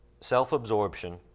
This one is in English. self-absorption